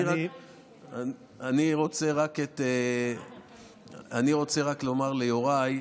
אני רוצה רק לומר ליוראי,